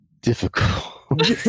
difficult